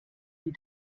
die